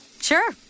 Sure